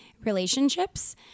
relationships